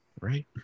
right